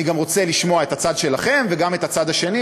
אני רוצה לשמוע גם את הצד שלכם וגם את הצד האחר,